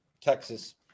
Texas